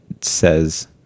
says